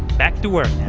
back to work